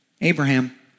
Abraham